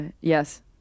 yes